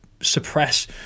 Suppress